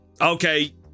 Okay